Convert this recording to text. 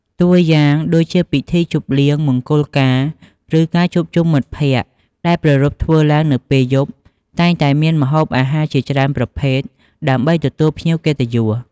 តួយ៉ាងដូចជាពិធីជប់លៀង មង្គលការ ឬការជួបជុំមិត្តភក្តិ ដែលប្រារព្ធធ្វើឡើងនៅពេលយប់ តែងតែមានម្ហូបអាហារជាច្រើនប្រភេទ ដើម្បីទទួលភ្ញៀវកិត្តិយស។